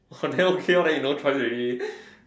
oh then okay lor then you no choice already